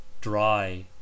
Dry